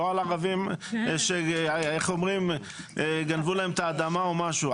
לא על ערבים שגנבו להם את האדמה או משהו,